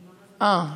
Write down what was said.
סליחה,